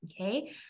okay